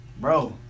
bro